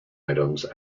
items